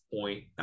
point